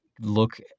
look